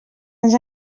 ens